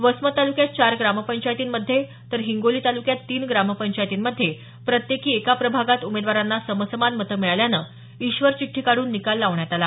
वसमत तालुक्यात चार ग्रामपंचायतींमध्ये तर हिंगोली तालुक्यात तीन ग्रामपंचायतींमध्ये प्रत्येकी एका प्रभागात उमेदवारांना समसमान मतं मिळाल्याने ईश्वर चिठ्ठी काढून निकाल लावण्यात आला